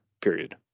period